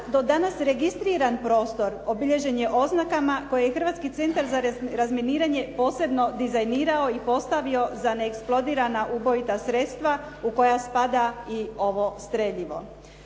do sada registriran prostor obilježen je oznakama koje je Hrvatski centar za razminiranje posebno dizajnirao i postavio za neeksplodirana ubojita sredstva u koja spada i ovo streljivo.